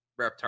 Reptar